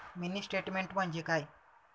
Mini statement म्हणजे काय?